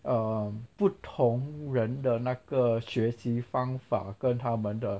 um 不同人的那个学习方法跟他们的